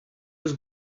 eus